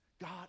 God